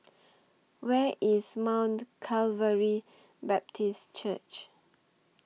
Where IS Mount Calvary Baptist Church